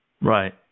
Right